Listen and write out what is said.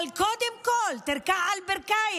אבל קודם כול תכרע על הברכיים.